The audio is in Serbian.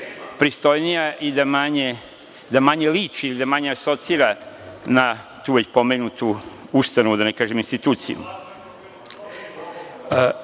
pristojnija i da manje liči ili da manje asocira na tu već pomenutu ustanovu, da ne kažem instituciju. Ja